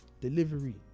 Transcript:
delivery